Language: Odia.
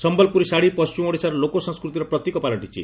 ସମ୍ୟଲପୁରୀ ଶାତୀ ପଣ୍ଟିମ ଓଡ଼ିଶାର ଲୋକସଂସ୍କୃତିର ପ୍ରତୀକ ପାଲଟିଛି